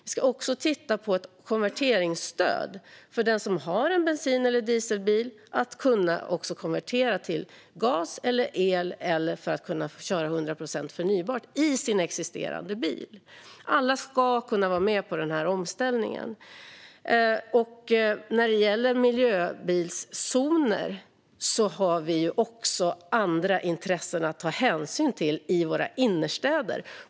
Vi ska också titta på ett konverteringsstöd för den som har en bensin eller dieselbil så att man kan konvertera till gas eller el eller för att köra 100 procent förnybart i sin existerande bil. Alla ska kunna vara med i den här omställningen. När det gäller miljöbilszoner har vi också andra intressen att ta hänsyn till i våra innerstäder.